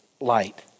light